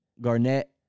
Garnett